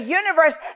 universe